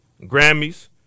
Grammys